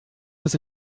was